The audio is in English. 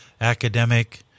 academic